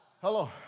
Hello